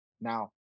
Now